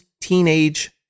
Teenage